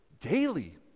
daily